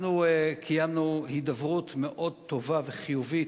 אנחנו קיימנו הידברות מאוד טובה וחיובית